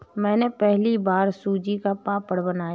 मैंने पहली बार सूजी का पापड़ बनाया